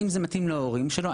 האם זה מתאים להורים שלו?